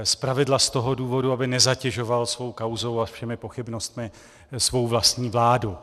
Zpravidla z toho důvodu, aby nezatěžoval svou kauzou a všemi pochybnostmi svou vlastní vládu.